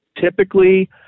typically